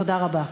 תודה רבה.